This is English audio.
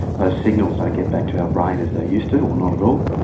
those signals don't get back to our brain as they used to or not at all,